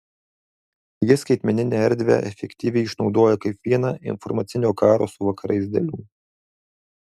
ji skaitmeninę erdvę efektyviai išnaudoja kaip vieną informacinio karo su vakarais dalių